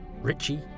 Richie